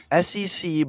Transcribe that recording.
SEC